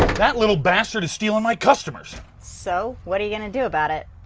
that little bastard is stealing my customers. so, what are you gonna do about it?